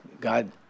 God